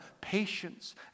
patience